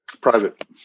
Private